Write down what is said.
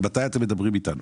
על מתי אתם מדברים איתנו?